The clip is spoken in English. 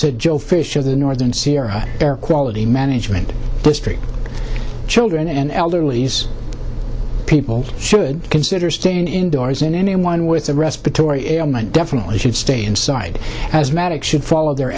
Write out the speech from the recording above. said joe fish of the northern sierra air quality management district children and elderly ease people should consider staying indoors and anyone with a respiratory ailment definitely should stay inside as matic should follow their